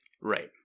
Right